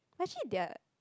actually they are